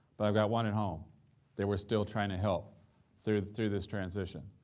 but i've got one at home that we're still trying to help through through this transition.